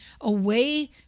away